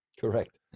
Correct